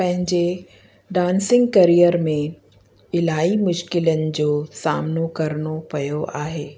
पंहिंजे dancing career में इलाही मुश्किलातुनि जो सामनो करिणो पियो आहे